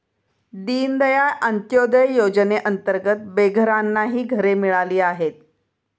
दीनदयाळ अंत्योदय योजनेअंतर्गत बेघरांनाही घरे मिळाली आहेत